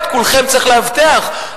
את כולכם צריך לאבטח,